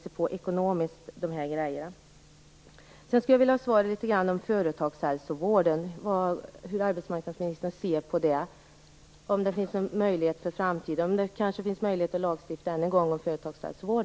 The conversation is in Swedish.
Jag skulle också vilja höra hur arbetsmarknadsministern ser på företagshälsovården. Finns det någon möjlighet att än en gång lagstifta om företagshälsovård?